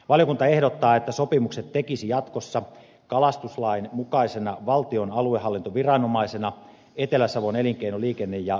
valiokunta ehdottaa että sopimukset tekisi jatkossa kalastuslain mukaisena valtion aluehallintoviranomaisena etelä savon elinkeino liikenne ja ympäristökeskus